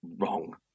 wrong